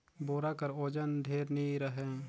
बोरा कर ओजन ढेर नी रहें